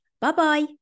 Bye-bye